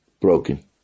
broken